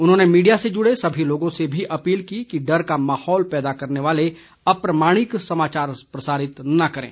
उन्होंने मीडिया से जुड़े सभी लोगों से भी अपील की कि डर का माहौल पैदा करने वाले अप्रमाणिक समाचार प्रसारित न करें